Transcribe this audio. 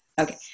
Okay